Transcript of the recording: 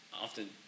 often